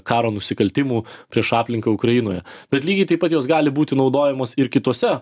karo nusikaltimų prieš aplinką ukrainoje bet lygiai taip pat jos gali būti naudojamos ir kitose